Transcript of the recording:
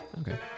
Okay